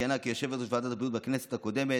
שכיהנה כיושבת-ראש ועדת הבריאות בכנסת הקודמת,